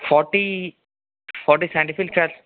forty forty scientific క్యాల్